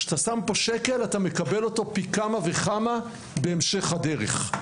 כשאתה שם פה שקל אתה מקבל אותו פי כמה וכמה בהמשך הדרך,